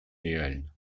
реальна